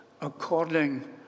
according